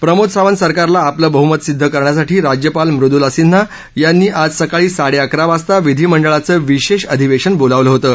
प्रमोद सावंत सरकारला आपलं बहुमत सिद्ध करण्यासाठी राज्यपाल मृदुला सिन्हा यांनी आज सकाळी साडेअकरा वाजता विधिमंडळाचं विशेष अधिवेशन बोलावलं होतं